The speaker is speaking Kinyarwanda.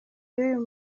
y’uyu